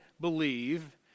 believe